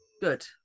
Good